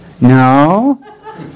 No